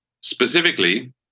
Specifically